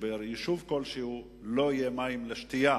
שביישוב כלשהו לא יהיו מים לשתייה,